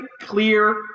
clear